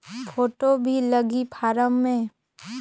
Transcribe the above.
Photo भी लगी form मे?